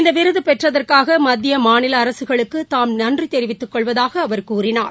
இந்த விருது பெற்றதற்காக மத்திய மாநில அரசுகளுக்கு தாம் நன்றி தெரிவித்துக் கொள்வதாகஅவா் கூறினார்